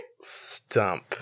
stump